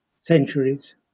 centuries